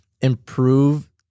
improve